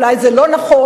אולי זה לא נכון,